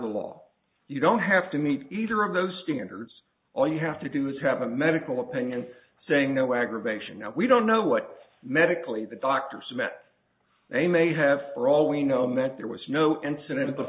the law you don't have to meet either of those standards all you have to do is have a medical opinion saying no aggravation now we don't know what medically the doctors met they may have for all we know that there was no incident